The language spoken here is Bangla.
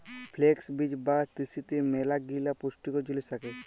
ফ্লেক্স বীজ বা তিসিতে ম্যালাগিলা পুষ্টিকর জিলিস থ্যাকে